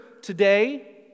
today